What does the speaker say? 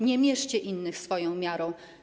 Nie mierzcie innych swoją miarą.